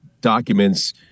documents